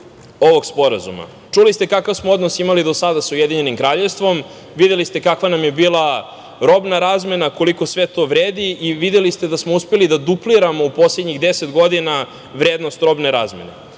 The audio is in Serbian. ovog sporazuma? Čuli ste kakav smo odnos imali do sada sa Ujedinjenim Kraljevstvom. Videli ste kakva nam je bila robna razmena, koliko sve to vredi i videli ste da smo uspeli da dupliramo u poslednjih deset godina vrednost robne razmene.